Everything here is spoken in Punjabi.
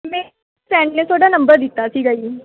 ਮੇਰੀ ਫਰੇਂਡ ਨੇ ਤੁਹਾਡਾ ਨੰਬਰ ਦਿੱਤਾ ਸੀਗਾ ਜੀ